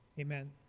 Amen